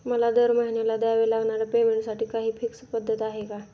मला दरमहिन्याला द्यावे लागणाऱ्या पेमेंटसाठी काही फिक्स पद्धत आहे का?